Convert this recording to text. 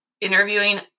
interviewing